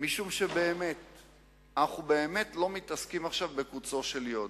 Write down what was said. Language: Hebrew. משום שאנחנו באמת לא מתעסקים עכשיו בקוצו של יו"ד.